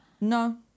no